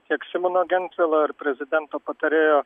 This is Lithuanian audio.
tiek simono gentvilo ir prezidento patarėjo